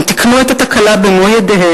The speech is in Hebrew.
הם תיקנו את התקלה במו-ידיהם,